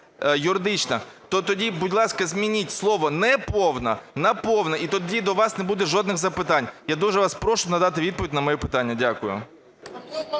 то тоді, будь ласка, змініть слово "неповна" на "повна". І тоді до вас не буде жодних запитань. Я дуже вас прошу надати відповідь на моє питання. Дякую.